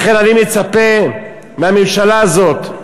לכן אני מצפה מהממשלה הזאת,